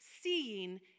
seeing